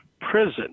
prison